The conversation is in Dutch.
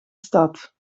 stad